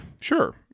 Sure